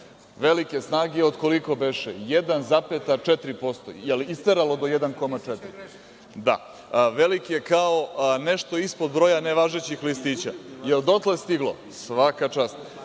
velike snage od koliko beše, 1,4%, jel isteralo do 1,4%? Da, velike nešto kao ispod broja nevažećih listića. Jel dotle stiglo? Svaka čast.